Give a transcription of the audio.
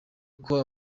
uko